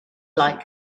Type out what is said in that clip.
like